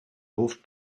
hof